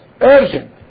urgent